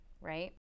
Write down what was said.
right